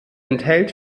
enthält